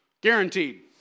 Guaranteed